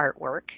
artwork